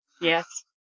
Yes